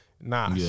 Nah